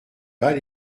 pas